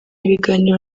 ibiganiro